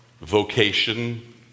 vocation